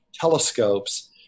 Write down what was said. telescopes